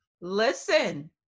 listen